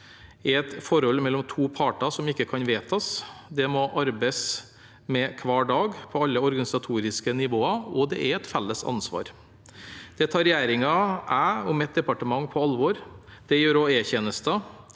er et forhold mellom to parter som ikke kan vedtas. Det må arbeides med hver dag, på alle organisatoriske nivåer, og det er et felles ansvar. Det tar regjeringen, jeg og mitt departement på alvor. Det gjør også Etjenesten.